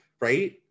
right